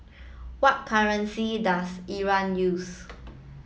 what currency does Iran use